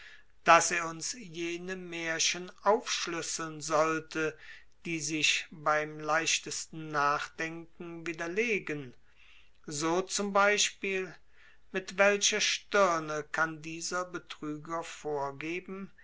daß er uns jene märchen aufschüsseln sollte die sich beim leichtesten nachdenken widerlegen so zum beispiel mit welcher stirne kann dieser betrüger vorgeben